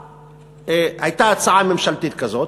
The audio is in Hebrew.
הייתה הצעה ממשלתית כזאת.